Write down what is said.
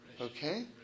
Okay